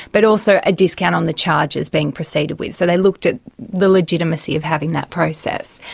but also a discount on the charges being proceeded with. so they looked at the legitimacy of having that process,